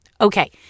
Okay